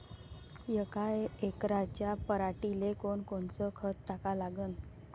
यका एकराच्या पराटीले कोनकोनचं खत टाका लागन?